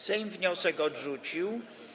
Sejm wniosek odrzucił.